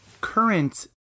current